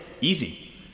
Easy